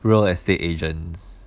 real estate agents